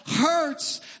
hurts